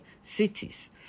cities